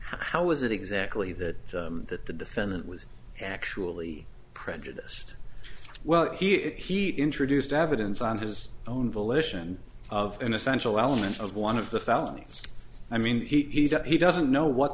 how is it exactly that that the defendant was actually prejudiced well he if he introduced evidence on his own volition of an essential element of one of the felonies i mean he's got he doesn't know what